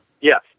Yes